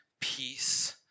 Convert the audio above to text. peace